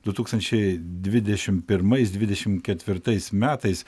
du tūkstančiai dvidešim pirmais dvidešim ketvirtais metais